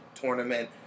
tournament